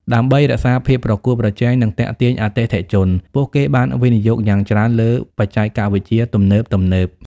ដើម្បីរក្សាភាពប្រកួតប្រជែង និងទាក់ទាញអតិថិជន ពួកគេបានវិនិយោគយ៉ាងច្រើនលើបច្ចេកវិទ្យាទំនើបៗ។